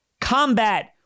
combat